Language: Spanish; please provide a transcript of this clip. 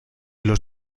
los